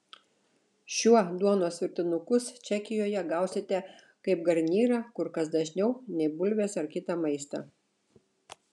šiuo duonos virtinukus čekijoje gausite kaip garnyrą kur kas dažniau nei bulves ar kitą maistą